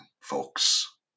folks